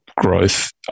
growth